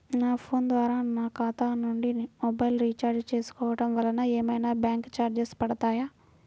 నా ఫోన్ ద్వారా నా ఖాతా నుండి మొబైల్ రీఛార్జ్ చేసుకోవటం వలన ఏమైనా బ్యాంకు చార్జెస్ పడతాయా?